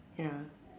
ya